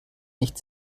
nicht